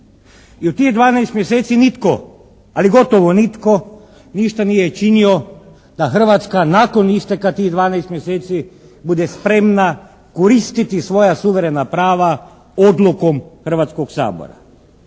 i u tih 12 mjeseci nitko, ali gotovo nitko ništa nije činio da Hrvatska nakon isteka tih 12 mjeseci bude spremna koristiti svoja suverena prava odlukom Hrvatskog sabora.